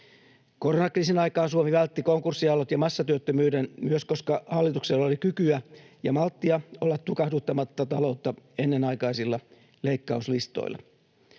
Koronakriisin aikaan Suomi vältti konkurssiaallot ja massatyöttömyyden myös, koska hallituksella oli kykyä ja malttia olla tukahduttamatta taloutta ennenaikaisilla leikkauslistoilla.